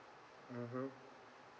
mmhmm